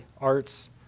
arts